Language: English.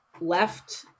left